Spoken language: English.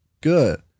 good